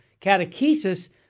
catechesis